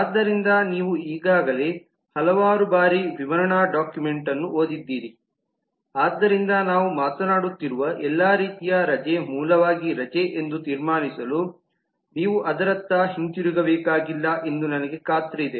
ಆದ್ದರಿಂದ ನೀವು ಈಗಾಗಲೇ ಹಲವಾರು ಬಾರಿ ವಿವರಣಾ ಡಾಕ್ಯುಮೆಂಟ್ ಅನ್ನು ಓದಿದ್ದೀರಿ ಆದ್ದರಿಂದ ನಾವು ಮಾತನಾಡುತ್ತಿರುವ ಎಲ್ಲಾ ರೀತಿಯ ರಜೆ ಮೂಲವಾಗಿ ರಜೆ ಎಂದು ತೀರ್ಮಾನಿಸಲು ನೀವು ಅದರತ್ತ ಹಿಂತಿರುಗಬೇಕಾಗಿಲ್ಲ ಎಂದು ನನಗೆ ಖಾತ್ರಿಯಿದೆ